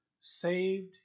saved